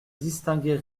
distinguait